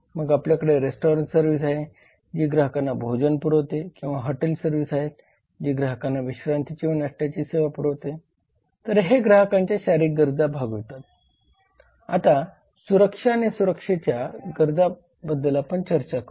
मग आपल्याकडे restaurant service आहे जी ग्राहकांना भोजन पुरवते किंवा हॉटेल सर्व्हिस आहेत जी ग्राहकांना विश्रांतीची व नाष्ट्याची सेवा पुरविते तर हे ग्राहकांच्या शारीरिक गरजा भागवितात आता सुरक्षा आणि सुरक्षेच्या गरजा याबद्द्दल चर्चा करूया